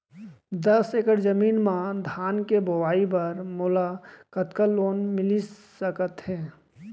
दस एकड़ जमीन मा धान के बुआई बर मोला कतका लोन मिलिस सकत हे?